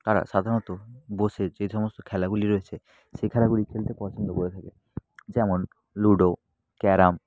তারা সাধারণত বসে যে সমস্ত খেলাগুলি রয়েছে সেই খেলাগুলি খেলতে পছন্দ করে থাকে যেমন লুডো ক্যারাম